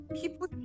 people